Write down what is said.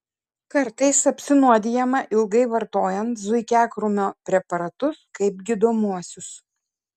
kartais apsinuodijama ilgai vartojant zuikiakrūmio preparatus kaip gydomuosius